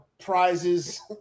prizes